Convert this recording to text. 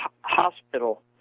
hospital